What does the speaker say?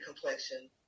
complexion